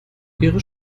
ihre